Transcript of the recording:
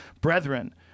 Brethren